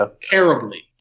terribly